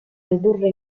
ridurre